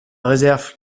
réserve